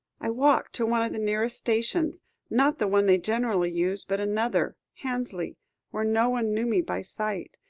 i walked to one of the nearest stations not the one they generally use, but another hansley where no one knew me by sight,